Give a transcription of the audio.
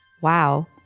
Wow